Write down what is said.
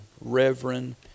Reverend